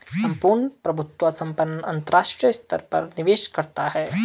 सम्पूर्ण प्रभुत्व संपन्न अंतरराष्ट्रीय स्तर पर निवेश करता है